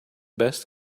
best